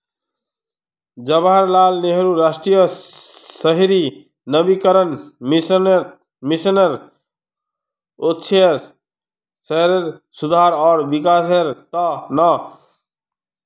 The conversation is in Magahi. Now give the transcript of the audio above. जवाहरलाल नेहरू राष्ट्रीय शहरी नवीकरण मिशनेर उद्देश्य शहरेर सुधार आर विकासेर त न